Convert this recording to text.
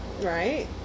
Right